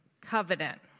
covenant